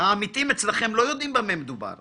העמיתים אצלכם לא יודעים במה מדובר,